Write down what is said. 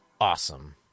awesome